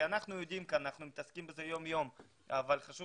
אנחנו יודעים זאת כי אנחנו עוסקים זה יום יום אבל חשוב